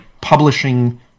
publishing